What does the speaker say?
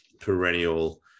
perennial